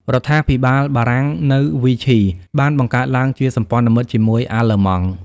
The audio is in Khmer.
រដ្ឋាភិបាលបារាំងនៅ វីឈី បានបង្កើតឡើងជាសម្ព័ន្ធមិត្តជាមួយអាល្លឺម៉ង់។